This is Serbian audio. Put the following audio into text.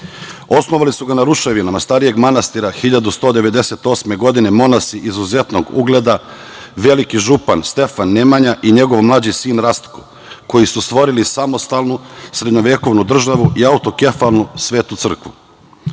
naroda. Osnovali su ga na ruševinama starijeg manastira 1198. godine monasi izuzetnog ugleda, veliki župan Stefan Nemanja i njegov mlađi sin Rastko, koji su stvorili samostalnu srednjovekovnu državu i autokefalnu svetu crkvu. Stefan